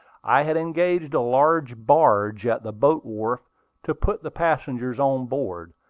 i had engaged a large barge at the boat-wharf to put the passengers on board,